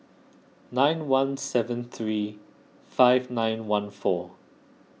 nine one seven three five nine one four